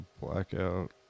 blackout